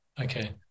Okay